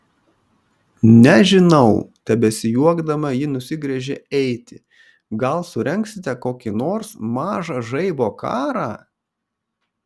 nežinau tebesijuokdama ji nusigręžė eiti gal surengsite kokį nors mažą žaibo karą